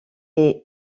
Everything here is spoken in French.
est